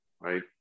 right